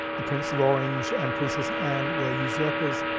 the prince of orange and princess anne were usurpers,